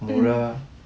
mm